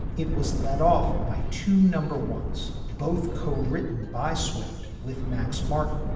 it was led off by two number ones, both co-written by swift with max martin,